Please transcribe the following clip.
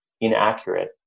inaccurate